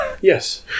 Yes